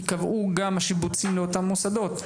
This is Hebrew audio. ייקבעו גם השיבוצים לאותם מוסדות.